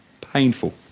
painful